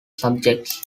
subjects